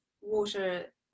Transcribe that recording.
water